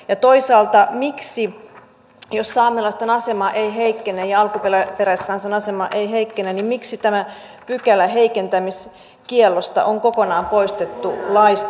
ja toisaalta miksi jos saamelaisten asema ei heikkene ja alkuperäiskansan asema ei heikkene tämä pykälä heikentämiskiellosta on kokonaan poistettu laista